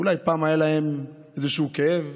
אולי פעם היה להם איזשהו כאב.